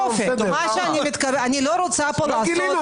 אני לא רוצה פה להפוך --- לא גילינו,